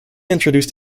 introduced